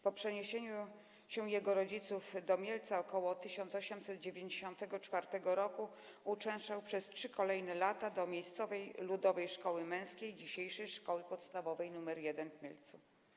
Po przeniesieniu się jego rodziców do Mielca ok. 1894 r. uczęszczał przez kolejne 3 lata do miejscowej ludowej szkoły męskiej - dzisiejszej Szkoły Podstawowej nr 1 w Mielcu.